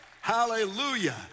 hallelujah